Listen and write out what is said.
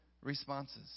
responses